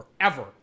forever